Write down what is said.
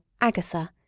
Agatha